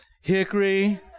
hickory